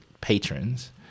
patrons